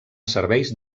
serveis